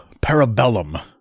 Parabellum